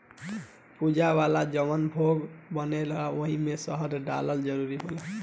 पूजा वाला जवन भोग बनेला ओइमे शहद डालल जरूरी होला